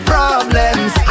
Problems